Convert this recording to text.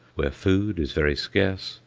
where food is very scarce,